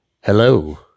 Hello